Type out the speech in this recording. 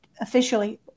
officially